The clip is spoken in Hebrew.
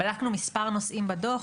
בדקנו מספר נושאים בדוח,